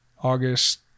August